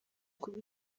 kuba